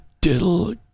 Diddle